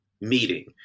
meeting